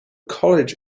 college